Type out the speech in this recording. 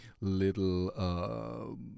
little